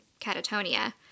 catatonia